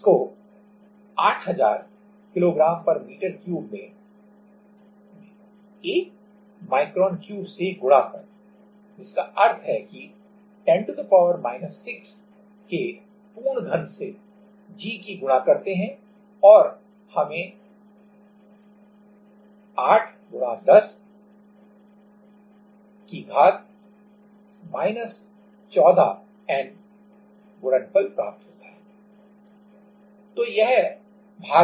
जिसको 8000Kgm3 में 1 μm3 से गुणा कर जिसका अर्थ है कि 10 6 के पूर्ण घन से g 10 की गुणा करते हैं और हमें 8×10N गुणन फल प्राप्त होता है